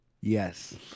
Yes